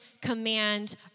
command